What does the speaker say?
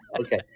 Okay